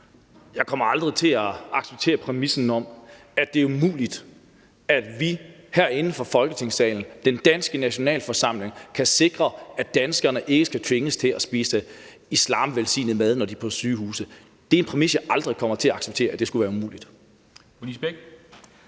Jeg kommer aldrig til at acceptere præmissen om, at det er umuligt, at vi herinde fra Folketingssalen, den danske nationalforsamling, kan sikre, at danskerne ikke skal tvinges til at spise islamvelsignet med, når de er på sygehuset. Det er en præmis, jeg aldrig kommer til at acceptere, altså at det skulle være umuligt.